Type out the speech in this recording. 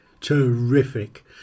Terrific